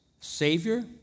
Savior